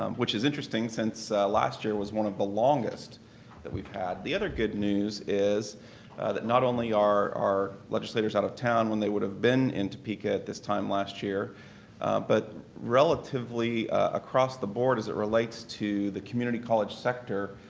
um which is interesting since last year was one of the longest that we've had. the other good news is that not only are our legislators out of town when they would have been in topeka at this time last year but relatively across the board as it relates to the community college sector,